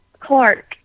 Clark